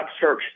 search